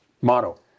Motto